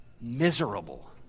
miserable